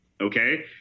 Okay